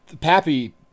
Pappy